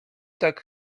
tak